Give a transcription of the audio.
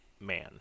man